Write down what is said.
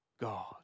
God